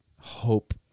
hope